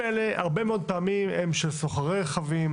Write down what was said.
הרבה מאוד מן הרכבים האלה הם של סוחרי רכבים,